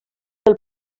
del